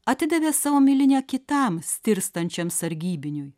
atidavė savo milinę kitam stirstančiam sargybiniui